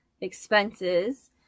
expenses